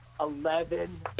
eleven